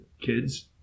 kids